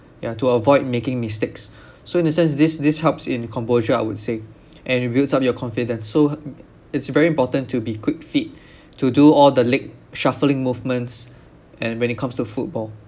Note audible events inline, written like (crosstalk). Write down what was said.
ya to avoid making mistakes so in the sense this this helps in composure I would say and it builds up your confidence so (noise) it's very important to be quick feet to do all the leg shuffling movements uh when it comes to football